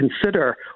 consider